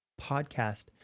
podcast